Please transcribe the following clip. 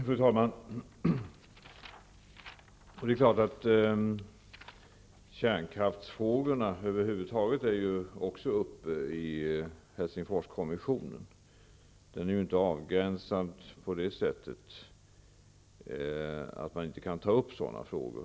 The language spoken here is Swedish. Fru talman! Det är klart att kärnkraftsfrågorna över huvud taget tas upp i Helsingforskommissionen. Den är inte avgränsad på ett sådant sätt att man inte kan ta upp sådana frågor.